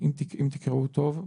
אם תקראו טוב.